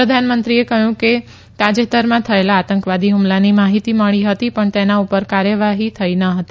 પ્રધાનમંત્રીએ કહ્યું કે તાજેતરમાં થયેલા આતંકવાદી હ્મલાની માહિતી મળી હતી પણ તેના ઉપર કાર્યવાહી થઇ ન હતી